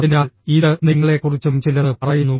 അതിനാൽ ഇത് നിങ്ങളെക്കുറിച്ചും ചിലത് പറയുന്നു